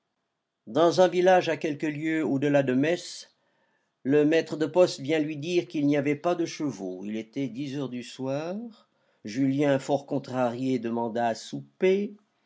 dans un village à quelques lieues au-delà de metz le maître de poste vint lui dire qu'il n'y avait pas de chevaux il était dix heures du soir julien fort contrarié demanda à souper